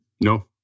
No